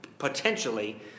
potentially